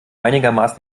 einigermaßen